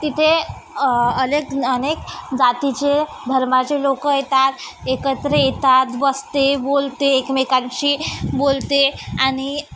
तिथे अलेक अनेक जातीचे धर्माचे लोक येतात एकत्र येतात बसते बोलते एकमेकांशी बोलते आणि